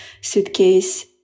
suitcase